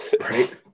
Right